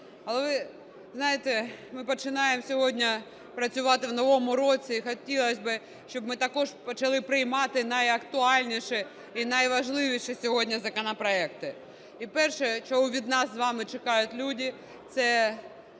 Але, знаєте, ми починаємо сьогодні працювати в новому році. Хотілось би, щоб ми також почали приймати найактуальніші і найважливіші сьогодні законопроекти. І перше, чого від нас з вами чекають люди, –